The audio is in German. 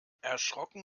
erschrocken